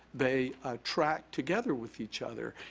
they attract together with each other,